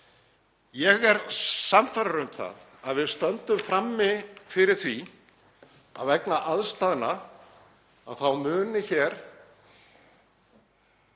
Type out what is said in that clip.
Ég er sannfærður um það að við stöndum frammi fyrir því að vegna aðstæðna þá muni hér